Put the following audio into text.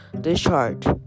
discharge